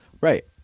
Right